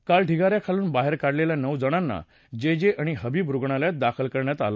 काल ढिगाऱ्याखालून बाहेर काढलेल्या नऊ जणांना जे जे आणि हबीब रुग्णालयात दाखल करण्यात आलं